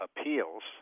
appeals